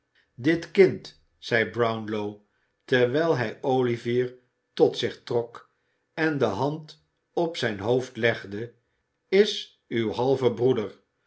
dit kind zeide brownlow terwijl hij olivier tot zich trok en de hand op zijn hoofd legde is uw halve broeder